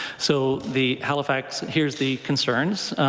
so the halifax hears the concerns.